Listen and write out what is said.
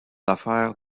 affaires